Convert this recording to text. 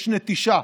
יש נטישה.